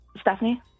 Stephanie